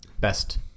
best